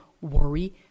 worry